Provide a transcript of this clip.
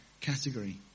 category